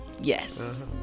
yes